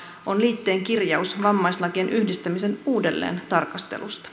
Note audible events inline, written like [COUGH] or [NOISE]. on liitteen kirjaus vammaislakien yhdistämisen uudelleentarkastelusta [UNINTELLIGIBLE]